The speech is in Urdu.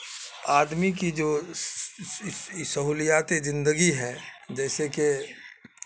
آدمی کی جو سہولیات زندگی ہے جیسے کہ